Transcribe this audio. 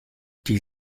die